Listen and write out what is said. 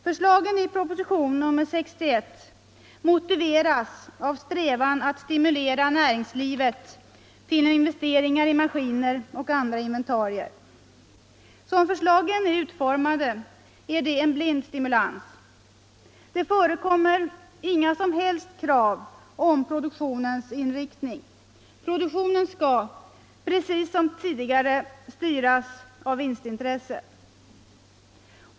Förslagen i proposition 61 motiveras av en strävan att stimulera näringslivet till investeringar i maskiner och andra inventarier. Som förslagen är utformade är det en blind stimulans. Det förekommer inga som helst krav på produktionens inriktning. Produktionen skall precis som tidigare styras av vinstintresset.